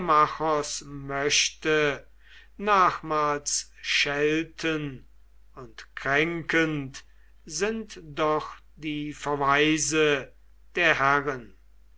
nachmals schelten und kränkend sind doch die verweise der herren